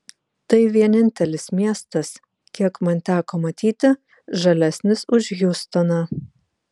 tai vienintelis miestas kiek man teko matyti žalesnis už hjustoną